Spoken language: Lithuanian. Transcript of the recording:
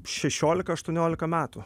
šešiolika aštuoniolika metų